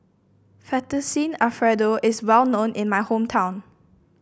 Fettuccine Alfredo is well known in my hometown